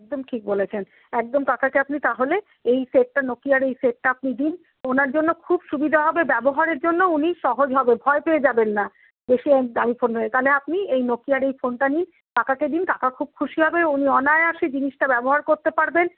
একদম ঠিক বলেছেন একদম কাকাকে আপনি তাহলে এই সেটটা নোকিয়ার এই সেটটা আপনি দিন ওনার জন্য খুব সুবিধে হবে ব্যবহারের জন্য উনি সহজ হবে ভয় পেয়ে যাবেন না বেশি দামি ফোন নয় তাহলে আপনি নোকিয়ার এই ফোনটা নিন কাকাকে দিন কাকা খুব খুশি হবে উনি অনায়াসে জিনিসটা ব্যবহার করতে পারবেন